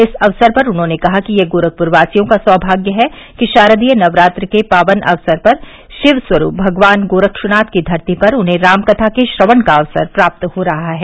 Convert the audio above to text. इस अवसर पर उन्होंने कहा कि यह गोरखपुरवासियों का सौभाग्य है कि शारदीय नवरात्र के पावन अवसर पर शिव स्वरूप भगवान गोरखनाथ की धरती पर उन्हें रामकथा के श्रवण का अवसर प्राप्त हो रहा है